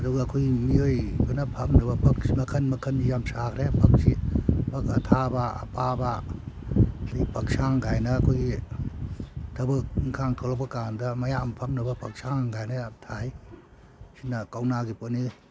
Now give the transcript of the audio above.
ꯑꯗꯨꯒ ꯑꯩꯈꯣꯏꯒꯤ ꯃꯤꯑꯣꯏꯕꯅ ꯐꯝꯅꯕ ꯐꯛꯁꯤ ꯃꯈꯟ ꯃꯈꯟ ꯌꯥꯝ ꯁꯥꯈ꯭ꯔꯦ ꯐꯛꯁꯤ ꯐꯛ ꯑꯊꯥꯕ ꯑꯄꯥꯕ ꯑꯗꯒꯤ ꯐꯛꯁꯥꯡ ꯀꯥꯏꯅ ꯑꯩꯈꯣꯏꯒꯤ ꯊꯕꯛ ꯏꯟꯈꯥꯡ ꯊꯣꯛꯂꯛꯄ ꯀꯥꯟꯗ ꯃꯌꯥꯝ ꯐꯝꯅꯕ ꯐꯛꯁꯥꯡ ꯀꯥꯏꯅ ꯊꯥꯏ ꯁꯤꯅ ꯀꯧꯅꯥꯒꯤ ꯄꯣꯠꯅꯤ